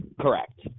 Correct